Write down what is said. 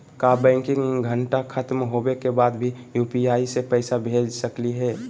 का बैंकिंग घंटा खत्म होवे के बाद भी यू.पी.आई से पैसा भेज सकली हे?